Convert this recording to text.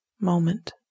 moment